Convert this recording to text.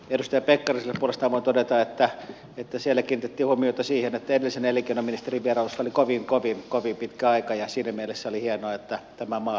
edustaja pekkariselle puolestaan voin todeta että siellä kiinnitettiin huomiota siihen että edellisen elinkeinoministerin vierailusta oli kovin kovin kovin pitkä aika ja siinä mielessä oli hienoa että tämä maa huomioitiin